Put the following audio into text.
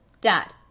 Dad